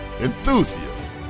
enthusiasts